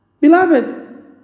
Beloved